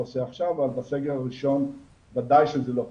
עושה עכשיו אבל בסגר הראשון וודאי שזה לא קרה,